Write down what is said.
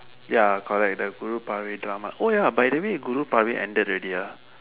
ya correct the Guru Paarvai paarvai drama oh ya by the way Guru Paarvai paarvai ended already ah